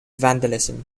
vandalism